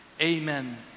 Amen